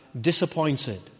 disappointed